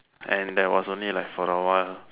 and there was only like for a while